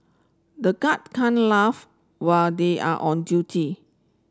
the guard can't laugh where they are on duty